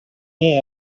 may